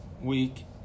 Week